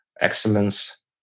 excellence